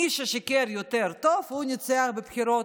מי ששיקר יותר טוב, הוא ניצח בבחירות,